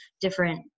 different